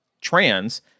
trans